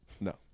No